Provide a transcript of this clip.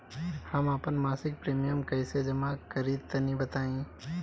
हम आपन मसिक प्रिमियम कइसे जमा करि तनि बताईं?